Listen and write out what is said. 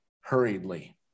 hurriedly